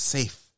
Safe